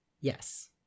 Yes